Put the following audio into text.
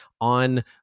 on